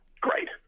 Great